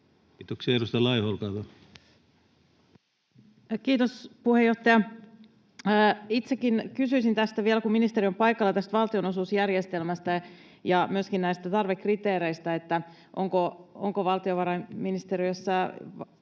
Time: 13:36 Content: Kiitos, puheenjohtaja! Itsekin kysyisin vielä, kun ministeri on paikalla, tästä valtionosuusjärjestelmästä ja myöskin näistä tarvekriteereistä. Onko valtiovarainministeriössä